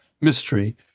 mystery